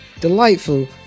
delightful